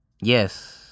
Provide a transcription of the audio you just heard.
Yes